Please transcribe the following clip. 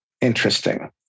Interesting